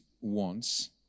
wants